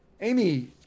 Amy